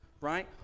right